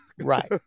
Right